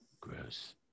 gross